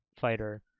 fighter